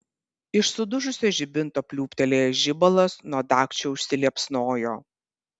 iš sudužusio žibinto pliūptelėjęs žibalas nuo dagčio užsiliepsnojo